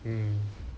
mm